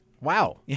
Wow